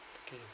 okay